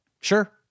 Sure